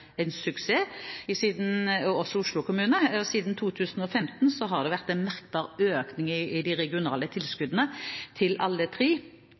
Siden 2015 har det vært en merkbar økning i de regionale tilskuddene til alle tre,